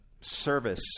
service